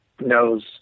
knows